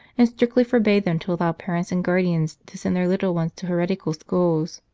and strictly forbade them to allow parents and guardians to send their little ones to heretical schools.